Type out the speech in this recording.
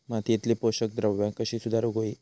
मातीयेतली पोषकद्रव्या कशी सुधारुक होई?